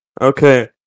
Okay